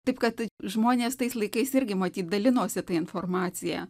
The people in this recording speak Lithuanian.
taip kad žmonės tais laikais irgi matyt dalinosi ta informacija